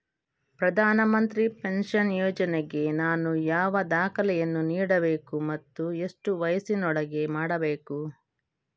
ಪ್ರಧಾನ ಮಂತ್ರಿ ಪೆನ್ಷನ್ ಯೋಜನೆಗೆ ನಾನು ಯಾವ ದಾಖಲೆಯನ್ನು ನೀಡಬೇಕು ಮತ್ತು ಎಷ್ಟು ವಯಸ್ಸಿನೊಳಗೆ ಮಾಡಬೇಕು?